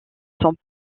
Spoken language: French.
sont